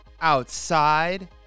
outside